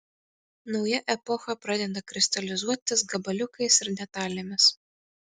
nauja epocha pradeda kristalizuotis gabaliukais ir detalėmis